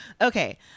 Okay